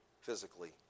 physically